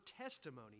testimony